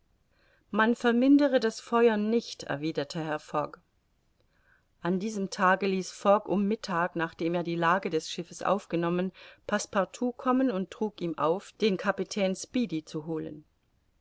man vermindere das feuern nicht erwiderte herr fogg an diesem tage ließ fogg um mittag nachdem er die lage des schiffes aufgenommen passepartout kommen und trug ihm auf den kapitän speedy zu holen